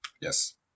Yes